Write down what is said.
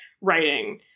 writing